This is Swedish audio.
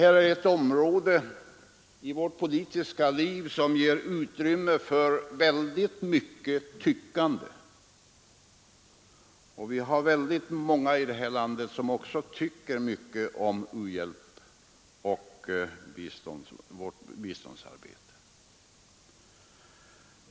Detta är ett område i vårt ekonomiska liv som ger utrymme för väldigt mycket tyckande — vi har många i detta land som tycker mycket om u-hjälpen och vårt biståndsarbete.